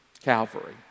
Calvary